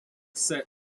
set